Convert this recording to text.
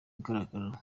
ugaragara